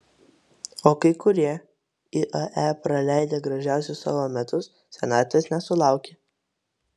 o kai kurie iae praleidę gražiausius savo metus senatvės nesulaukia